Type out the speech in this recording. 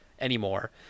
anymore